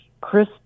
Chris